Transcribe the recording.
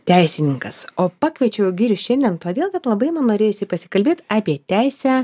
teisininkas o pakviečiau girių šiandien todėl kad labai man norėjosi pasikalbėt apie teisę